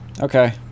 Okay